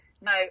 no